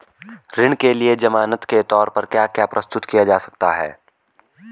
ऋण के लिए ज़मानात के तोर पर क्या क्या प्रस्तुत किया जा सकता है?